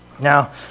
Now